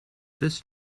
this